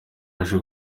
aje